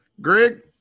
Greg